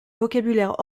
vocabulaire